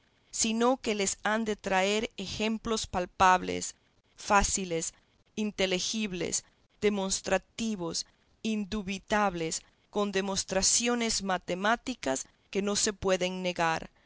sino que les han de traer ejemplos palpables fáciles intelegibles demonstrativos indubitables con demostraciones matemáticas que no se pueden negar